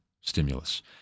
stimulus